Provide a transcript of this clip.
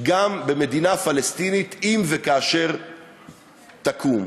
גם במדינה פלסטינית, אם וכאשר תקום.